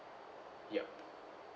yup